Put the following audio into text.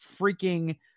freaking